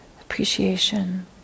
appreciation